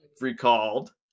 recalled